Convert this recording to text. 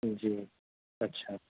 جی اچھا